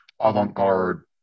avant-garde